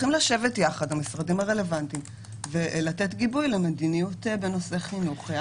המשרדים הרלוונטיים צריכים לשבת יחד ולתת גיבוי למדיניות בנושא חינוך.